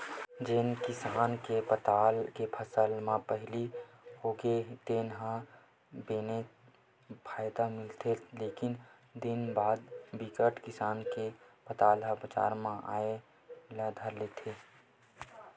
जेन किसान के पताल के फसल ह पहिली होगे तेन ल बनेच फायदा मिलथे थोकिन दिन बाद बिकट किसान के पताल ह बजार म आए ल धर लेथे